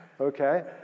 Okay